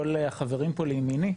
כל החברים פה לימיני,